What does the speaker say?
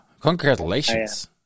Congratulations